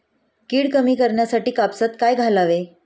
कीड कमी करण्यासाठी कापसात काय घालावे?